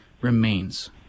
remains